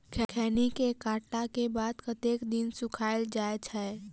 खैनी केँ काटला केँ बाद कतेक दिन सुखाइल जाय छैय?